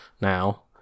now